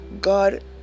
God